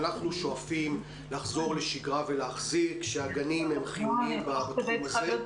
אנחנו שואפים לחזור לשגרה ולהחזיק שהגנים הם חיוניים בתחום הזה.